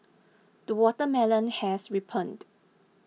the watermelon has ripened